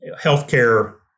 healthcare